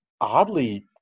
oddly